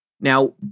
Now